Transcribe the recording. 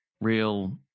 real